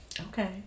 Okay